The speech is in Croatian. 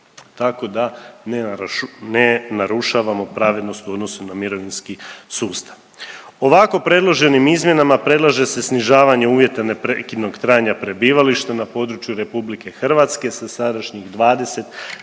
tako da ne narušavamo pravednost u odnosu na mirovinski sustav. Ovako predloženim izmjenama predlaže se snižavanje uvjeta neprekidnog trajanja prebivališta na području RH sa sadašnjih 20 na